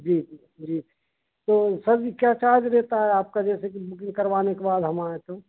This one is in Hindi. जी जी तो सर जी क्या चार्ज रहता है आपका जैसे कि बुकिंग करवाने के बाद हम आएँ तो